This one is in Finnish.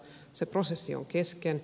se prosessi on kesken